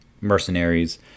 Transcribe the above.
mercenaries